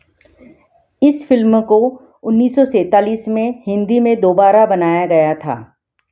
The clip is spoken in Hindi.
इस फ़िल्म को उन्नीस सौ सैंतालीस में हिंदी में दोबारा बनाया गया था